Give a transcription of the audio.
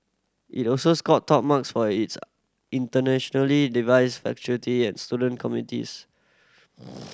it also scored top marks for its internationally diverse faculty and student communities